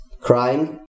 crying